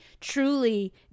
truly